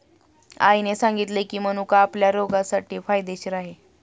आईने सांगितले की, मनुका आपल्या आरोग्यासाठी फायदेशीर आहे